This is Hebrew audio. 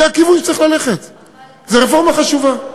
זה הכיוון שצריך ללכת בו, זו רפורמה חשובה.